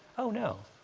oh no,